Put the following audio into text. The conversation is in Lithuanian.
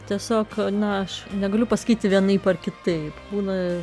tiesiog na aš negaliu pasakyti vienaip ar kitaip kūną